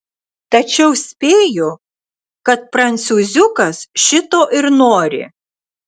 tačiau spėju kad prancūziukas šito ir nori